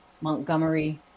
Montgomery